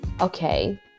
okay